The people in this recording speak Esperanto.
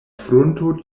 frunto